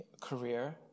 career